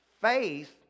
Faith